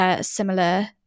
similar